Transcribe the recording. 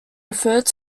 referred